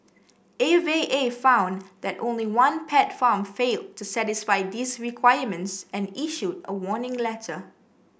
A V A found that only one pet farm failed to satisfy these requirements and issued a warning letter